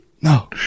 No